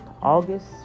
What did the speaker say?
August